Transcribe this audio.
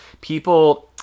people